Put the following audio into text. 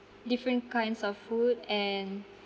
different kinds of food and